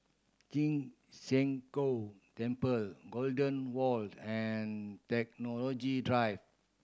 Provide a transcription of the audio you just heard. Ci Zheng Gong Temple Golden Walk and Technology Drive